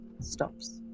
stops